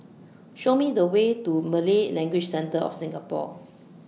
Show Me The Way to Malay Language Centre of Singapore